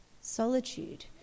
solitude